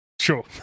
Sure